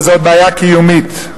וזו בעיה קיומית.